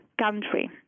country